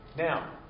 Now